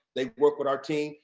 they work with our team,